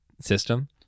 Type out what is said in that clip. system